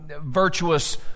virtuous